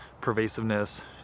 pervasiveness